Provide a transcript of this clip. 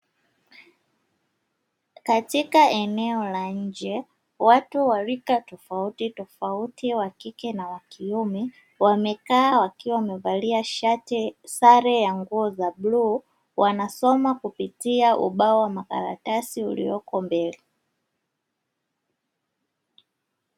Katika eneo la nje watu wa rika tofautitofauti wa kike na wa kiume, wamekaa wakiwa wamevalia shati sare ya nguo za bluu, wanasoma kupitia ubao makaratasi uliopo mbele.